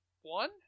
one